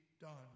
done